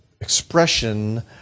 expression